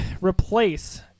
replace